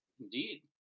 Indeed